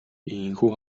ийнхүү